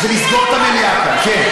לסגור את המליאה כאן.